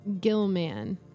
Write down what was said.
Gilman